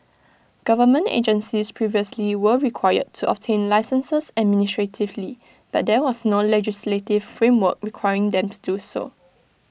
government agencies previously were required to obtain licences administratively but there was no legislative framework requiring them to do so